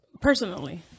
Personally